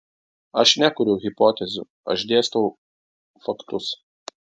aš nekuriu hipotezių aš dėstau faktus